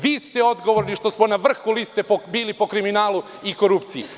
Vi ste odgovorni što smo na vrhu liste bili po kriminalu i korupciji.